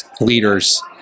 leaders